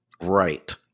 right